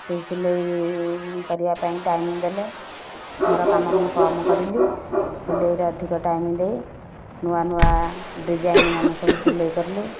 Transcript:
ସେ ସିଲେଇ କରିବା ପାଇଁ ଟାଇମ୍ ଦେଲେ ଘର କାମ ମୁଁ କମ୍ କରିଲି ସିଲେଇରେ ଅଧିକ ଟାଇମ୍ ଦେଇ ନୂଆ ନୂଆ ଡିଜାଇନ ମାନ ସବୁ ସିଲେଇ କରିଲି